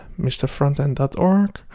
mrfrontend.org